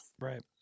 Right